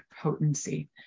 potency